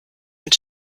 mit